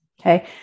Okay